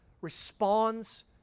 responds